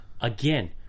Again